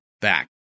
back